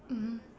mmhmm